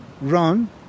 run